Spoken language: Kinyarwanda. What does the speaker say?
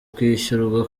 kwishyurwa